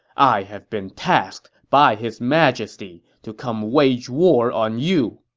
i have been tasked by his majesty to come wage war on you!